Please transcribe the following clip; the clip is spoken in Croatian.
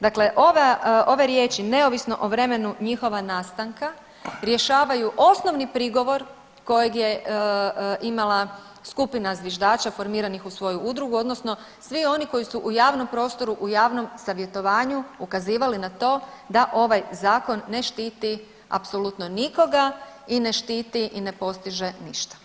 Dakle, ove riječi „neovisno o vremenu njihova nastanka“ rješavaju osnovni prigovor kojeg je imala skupina zviždača formiranih u svoju udrugu odnosno svi oni koji su u javnom prostoru, u javnom savjetovanju ukazivali na to da ovaj zakon ne štiti apsolutno nikoga i ne štiti i ne postiže ništa.